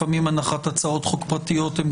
לפעמים הנחת הצעות חוק פרטיות היא